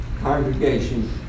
congregation